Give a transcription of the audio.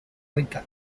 rica